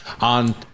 on